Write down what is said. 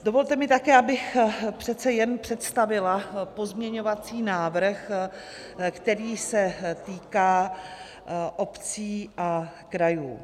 Dovolte mi také, abych přece jen představila pozměňovací návrh, který se týká obcí a krajů.